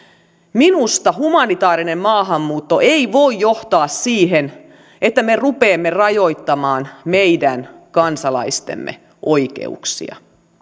minusta humanitaarinen maahanmuutto ei voi johtaa siihen että me rupeamme rajoittamaan meidän kansalaistemme oikeuksia